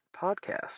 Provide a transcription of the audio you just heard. podcast